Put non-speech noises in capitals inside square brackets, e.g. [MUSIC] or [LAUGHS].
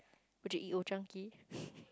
would you eat old-chang-kee [LAUGHS]